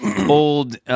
old